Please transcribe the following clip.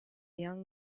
young